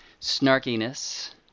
snarkiness